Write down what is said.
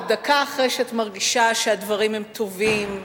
או דקה אחרי שאת מרגישה שהדברים הם טובים,